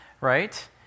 right